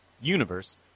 Universe